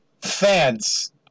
fans